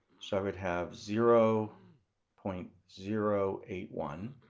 so i would have zero point zero eight one.